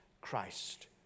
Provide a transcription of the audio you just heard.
Christ